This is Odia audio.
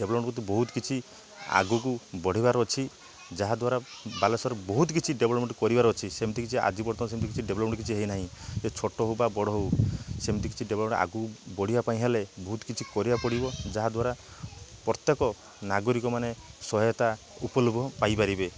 ଡେଭ୍ଲପ୍ମେଣ୍ଟ କିନ୍ତୁ ବହୁତ କିଛି ଆଗକୁ ବଢ଼ିବାର ଅଛି ଯାହାଦ୍ୱାରା ବାଲେଶ୍ଵର ବହୁତ କିଛି ଡେଭ୍ଲପ୍ମେଣ୍ଟ କରିବାର ଅଛି ସେମିତି କିଛି ଆଜି ପର୍ଯ୍ୟନ୍ତ ସେମିତି କିଛି ଡେଭ୍ଲପ୍ମେଣ୍ଟ କିଛି ହେଇ ନାହିଁ ସେ ଛୋଟ ହେଉ ବା ବଡ଼ ହେଉ ସେମିତି କିଛି ଡେଭ୍ଲପ୍ମେଣ୍ଟ ଆଗକୁ ବଢ଼ିବା ପାଇଁ ହେଲେ ବହୁତ କିଛି କରିବାକୁ ପଡ଼ିବ ଯାହାଦ୍ୱାରା ପ୍ରତ୍ୟେକ ନାଗରିକ ମାନେ ସହାୟତା ଉପଲାଭ ପାଇପାରିବେ